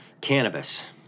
cannabis